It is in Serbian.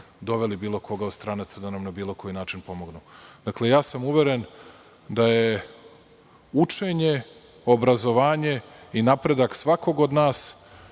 doveli bilo koga od stranaca da nam na bilo koji način pomognu. Ja sam uveren da je učenje, obrazovanje i napredak svakog od nas